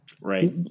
Right